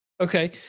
Okay